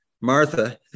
Martha